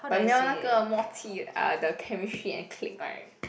but 没有那个默契 uh the chemistry and click right